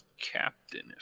captain